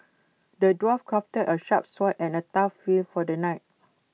the dwarf crafted A sharp sword and A tough shield for the knight